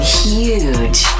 huge